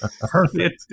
perfect